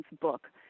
book